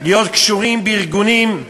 להיות קשורים בארגונים.